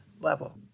level